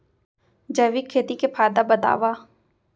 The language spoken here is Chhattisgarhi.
जैविक खेती के फायदा बतावा?